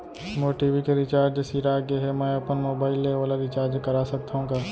मोर TV के recharge सिरा गे हे, मैं अपन मोबाइल ले ओला रिचार्ज करा सकथव का?